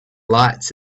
lights